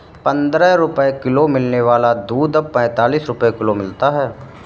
पंद्रह रुपए किलो मिलने वाला दूध अब पैंतालीस रुपए किलो मिलता है